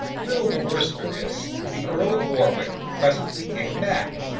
little the worse for this, the earl of warwick presently came back,